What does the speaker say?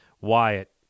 Wyatt